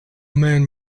man